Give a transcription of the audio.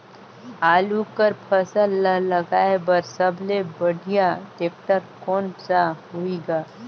आलू कर फसल ल लगाय बर सबले बढ़िया टेक्टर कोन सा होही ग?